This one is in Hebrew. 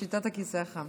שיטת הכיסא החם.